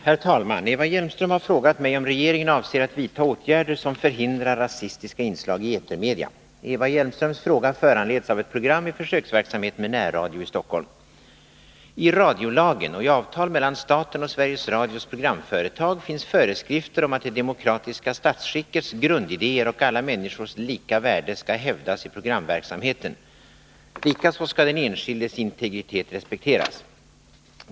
Herr talman! Eva Hjelmström har frågat mig om regeringen avser att vidta åtgärder som förhindrar rasistiska inslag i etermedia. Eva Hjelmströms fråga föranleds av ett program i försöksverksamheten med närradio i Stockholm. I radiolagen och i avtal mellan staten och Sveriges Radios programföretag finns föreskrifter om att det demokratiska statsskickets grundidéer och alla människors lika värde skall hävdas i programverksamheten. Likaså skall den enskildes integritet respekteras.